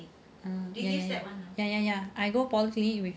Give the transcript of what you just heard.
um ya ya ya I go polyclinic with